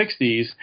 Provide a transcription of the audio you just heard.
1960s